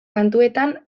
kantuetan